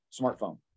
smartphone